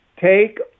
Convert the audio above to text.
take